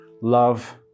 love